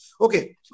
Okay